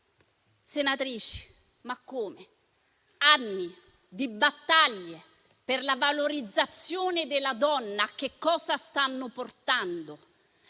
Senatrici, ma come? Anni di battaglie per la valorizzazione della donna che cosa stanno portando?